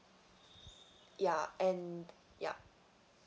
ya and yup